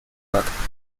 omagh